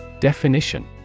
Definition